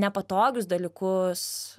nepatogius dalykus